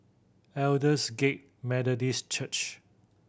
Aldersgate Methodist Church